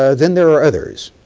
ah then there are others,